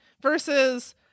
versus